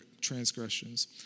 transgressions